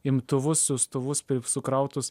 imtuvus siųstuvus sukrautus